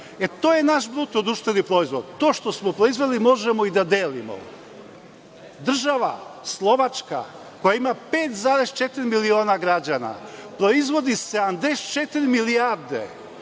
E, to je naš BDP, to što smo proizveli možemo i da delimo. Država Slovačka, koja ima 5,4 miliona građana, proizvodi 74 milijarde.